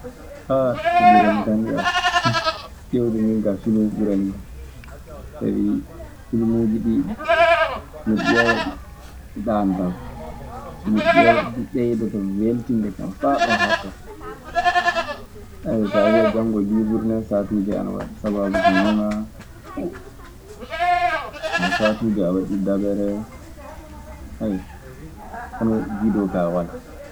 ko burani kan kaa, ƴeewde min kaa filmu ɓurani kan. Sabii filmuuji ɗii, so miɗe ƴeewa ɗi mi ɗaanotaako. So miɗe ƴeewa ɗi, ɗun ɓeydoto weltinde kan faa ɗo haaɗtata. so a wii a janngoowo liiburu nee saatuuji ana waɗa sabaabu so ŋoŋaa. Kaa saatuuji ana waɗi dabere. hono widoo kaa walaa.